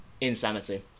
Insanity